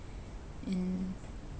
and